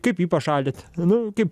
kaip jį pašalyt nu kaip